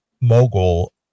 mogul